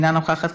אינה נוכחת,